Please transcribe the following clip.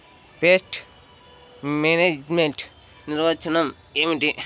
Pest management నిర్వచనం ఏమిటి?